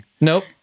Nope